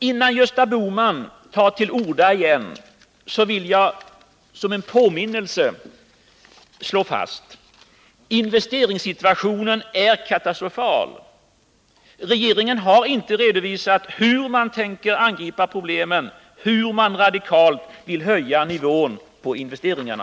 Innan Gösta Bohman tar till orda igen vill jag som en påminnelse slå fast: Investeringssituationen är katastrofal. Regeringen har inte redovisat hur man tänker angripa problemen, hur man radikalt vill höja nivån på investeringarna.